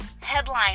headline